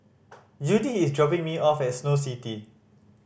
Judie is dropping me off at Snow City